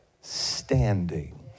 standing